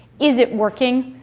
is it working?